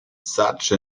such